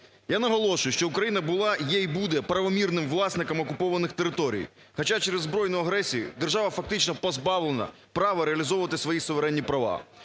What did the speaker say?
Я наголошую, що Україна була, є і буде правомірним власником окупованих територій, хоча через збройну агресію держава фактично позбавлена права реалізовувати свої суверенні права.